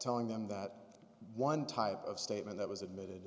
telling them that one type of statement that was admitted